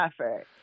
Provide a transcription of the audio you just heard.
effort